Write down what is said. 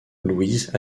louise